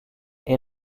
est